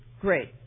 Great